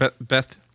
beth